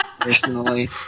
personally